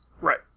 right